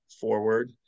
forward